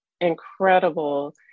incredible